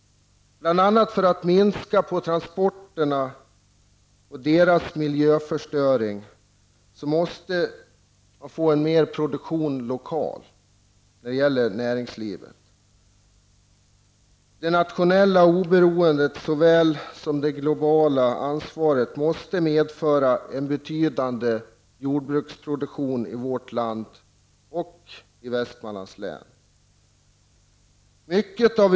Bl.a. för att minska transporterna och därmed den miljöförstöring som dessa medför måste det bli mer av lokal produktion när det gäller näringslivet. Beträffande såväl det nationella oberoendet som det globala ansvaret måste vi få en betydande jordbruksproduktion i Västmanlands län liksom i övriga delar av landet.